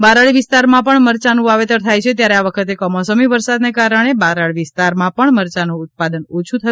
બારાડી વિસ્તારમાં પણ મરચાનુ વાવેતર થાય છે ત્યારે આ વખતે કમોસમી વરસાદને કારણે બારાડી વિસ્તારમાં પણ મરચાનું ઉત્પાદન ઓછુ થયુ છે